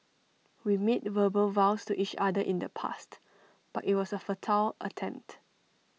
we made verbal vows to each other in the past but IT was A futile attempt